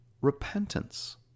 repentance